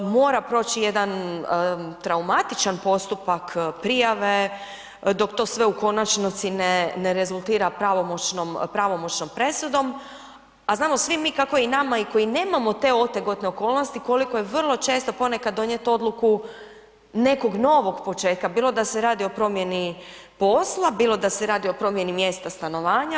Mora proći jedan traumatičan postupak prijave, dok to sve u konačnici ne rezultira pravomoćnom presudom a znamo svi mi kako je i nama koji nemamo te otegotne okolnosti koliko je vrlo često ponekad donijeti odluku nekog novog početka, bilo da se radi o promjeni posla, bilo da se radi o promjeni mjesta stanovanja.